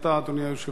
אדוני היושב-ראש.